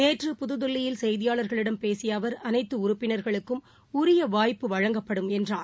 நேற்று புதுதில்லியில் செய்தியாளா்களிடம் பேசியஅவா் அனைத்தஉறுப்பினா்களுக்கும் உரியவாய்ப்பு வழங்கப்படும் என்றார்